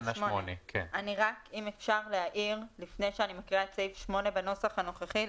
לפני שאני מקריאה את סעיף 8 בנוסח הנוכחי,